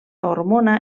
hormona